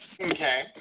Okay